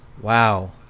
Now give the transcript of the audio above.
Wow